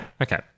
Okay